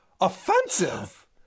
offensive